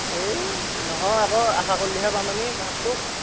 এই নহয় আকৌ আশা কল্লিহে পাম আমি মাছটো